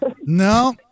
No